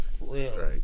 Right